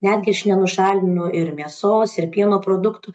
netgi aš nenušalinu ir mėsos ir pieno produktų